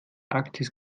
arktis